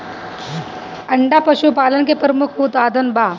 अंडा पशुपालन के प्रमुख उत्पाद बा